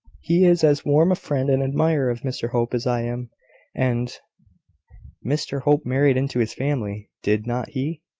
he is as warm a friend and admirer of mr hope as i am and mr hope married into his family did not he?